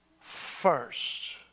first